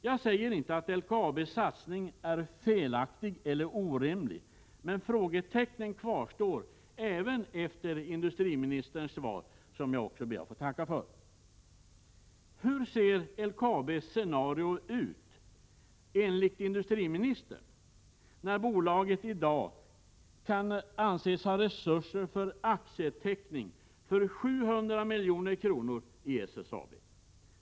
Jag säger inte att LKAB:s satsning är felaktig eller orimlig, men frågetecknen kvarstår även efter industriministerns svar, som jag också ber att få tacka för. Hur ser LKAB:s scenario ut, enligt industriministern, när bolaget i dag kan anses ha resurser för aktieteckning för 700 milj.kr. i SSAB?